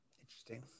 interesting